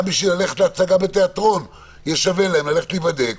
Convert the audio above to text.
גם כדי ללכת להצגה בתיאטרון יהיה להם שווה ללכת ולהיבדק,